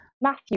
Matthew